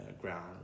Ground